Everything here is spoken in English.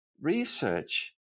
research